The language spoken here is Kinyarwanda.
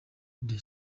the